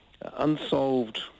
unsolved